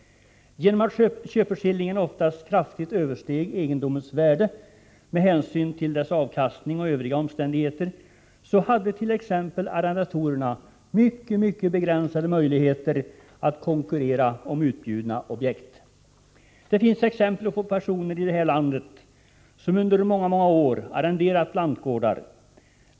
Genom att köpeskillingen oftast kraftigt översteg egendomens värde med hänsyn till fastighetens avkastning och övriga omständigheter hade t.ex. arrendatorerna mycket begränsade möjligheter att konkurrera om utbjudna objekt. Det finns exempel på personer i det här landet som under många år arrenderat lantgårdar.